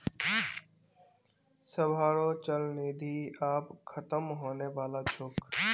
सबहारो चल निधि आब ख़तम होने बला छोक